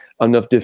enough